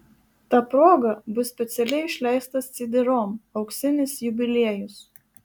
ta proga bus specialiai išleistas cd rom auksinis jubiliejus